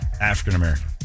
African-American